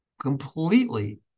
completely